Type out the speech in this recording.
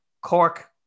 Cork